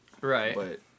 Right